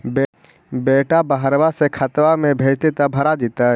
बेटा बहरबा से खतबा में भेजते तो भरा जैतय?